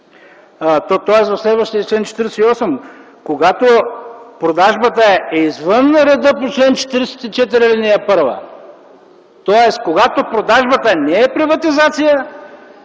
е за следващия чл. 48: „Когато продажбата е извън реда по чл. 44, ал. 1…”, тоест когато продажбата не е приватизация,